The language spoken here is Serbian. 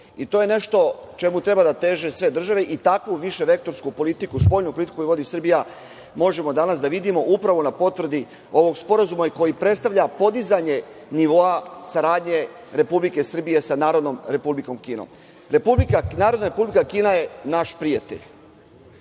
i to je nešto što čemu treba da teže sve države, i takvu viševektorsku politiku, spoljnu politiku koju vodi Srbija možemo danas da vidimo na potvrdi ovog sporazuma koji predstavlja podizanje nivoa saradnje Republike Srbije sa Narodnom Republikom Kinom. Narodna Republika Kina je naš prijatelj.